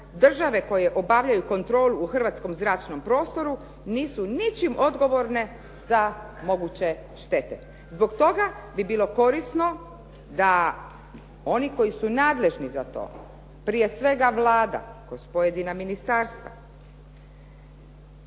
države koje obavljaju kontrolu u hrvatskom zračnom prostoru nisu ničim odgovorne za moguće štete. Zbog toga bi bilo korisno da oni koji su nadležni za to, prije svega Vlada kroz pojedina ministarstva